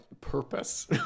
purpose